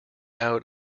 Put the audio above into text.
out